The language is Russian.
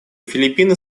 филиппины